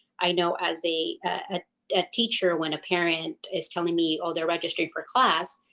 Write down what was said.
i know as a ah a teacher when a parent is telling me oh, they're registering for class,